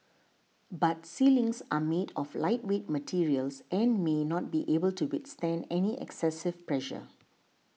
but ceilings are made of lightweight materials and may not be able to withstand any excessive pressure